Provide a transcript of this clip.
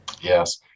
Yes